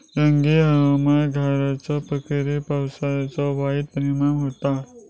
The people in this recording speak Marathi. रब्बी हंगामात खयल्या पिकार पावसाचो वाईट परिणाम होता?